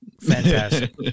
Fantastic